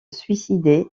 suicider